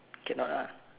cannot uh